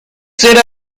ser